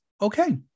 okay